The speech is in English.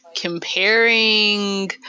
comparing